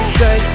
say